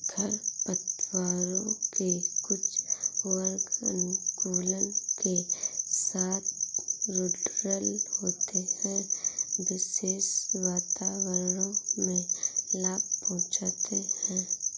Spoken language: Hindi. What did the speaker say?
खरपतवारों के कुछ वर्ग अनुकूलन के साथ रूडरल होते है, विशेष वातावरणों में लाभ पहुंचाते हैं